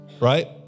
right